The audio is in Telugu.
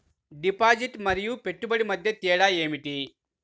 డిపాజిట్ మరియు పెట్టుబడి మధ్య తేడా ఏమిటి?